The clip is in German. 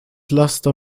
laster